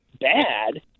bad